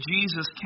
Jesus